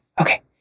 Okay